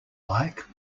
like